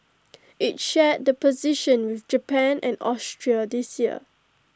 IT shared the position with Japan and Austria this year